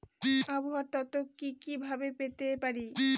আবহাওয়ার তথ্য কি কি ভাবে পেতে পারি?